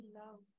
love